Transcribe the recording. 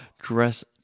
dress